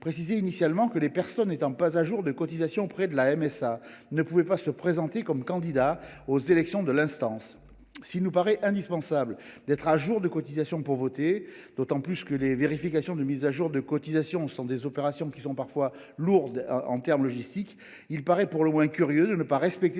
précisait initialement que les personnes n’étant pas à jour de cotisation auprès de la MSA ne pouvaient pas être candidats aux élections de l’instance. S’il ne nous paraît pas indispensable d’être à jour de cotisation pour voter, sachant en outre que les vérifications de mise à jour de cotisation sont des opérations lourdes en termes logistiques, il est pour le moins curieux de ne pas respecter